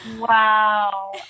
Wow